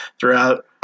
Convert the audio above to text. throughout